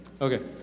Okay